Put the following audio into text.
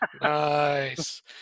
Nice